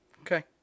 Okay